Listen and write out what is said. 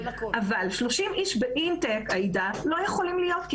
אבל 30 איש באינטייק לא יכולים להיות,